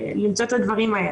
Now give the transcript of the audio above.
ולמצוא את הדברים האלה.